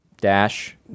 Dash